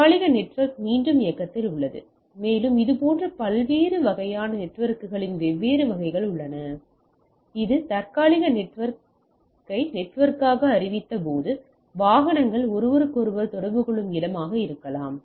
தற்காலிக நெட்வொர்க் மீண்டும் இயக்கத்தில் உள்ளது மேலும் இது போன்ற பல்வேறு வகையான நெட்வொர்க்குகளின் வெவ்வேறு வகைகள் உள்ளன இது தற்காலிக நெட்வொர்க்கை நெட்வொர்க்காக அறிவித்தபோது வாகனங்கள் ஒருவருக்கொருவர் தொடர்பு கொள்ளும் இடமாக இருக்கலாம்